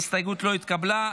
ההסתייגות לא התקבלה.